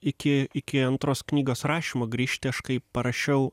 iki iki antros knygos rašymo grįžti aš kai parašiau